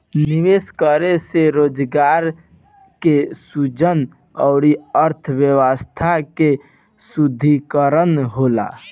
निवेश करे से रोजगार के सृजन अउरी अर्थव्यस्था के सुदृढ़ीकरन होला